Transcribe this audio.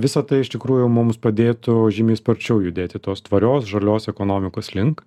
visa tai iš tikrųjų mums padėtų žymiai sparčiau judėti tos tvarios žalios ekonomikos link